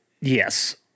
yes